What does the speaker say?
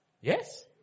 Yes